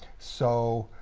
so